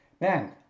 man